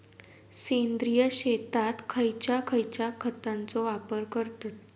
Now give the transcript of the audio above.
सेंद्रिय शेतात खयच्या खयच्या खतांचो वापर करतत?